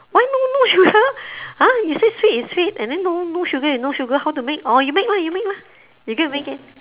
why no no sugar !huh! you say sweet is sweet and then no no sugar and no sugar how to make you make lah you make lah you go and make it